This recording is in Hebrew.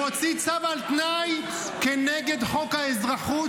הוא הוציא צו על תנאי כנגד חוק האזרחות,